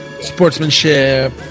sportsmanship